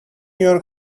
your